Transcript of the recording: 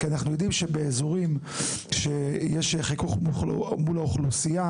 כי אנחנו יודעים שבאזורים שיש בהם חיכוך מול האוכלוסייה,